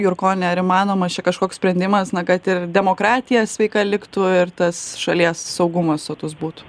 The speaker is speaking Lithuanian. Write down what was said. jurkoni ar įmanomas čia kažkoks sprendimas na kad ir demokratija sveika liktų ir tas šalies saugumas sotus būtų